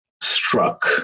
struck